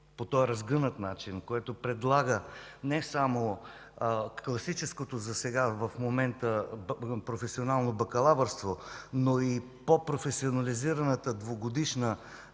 по този разгънат начин, който предлага не само класическото в момента професионално бакалавърство, но и пό професионализираната двугодишна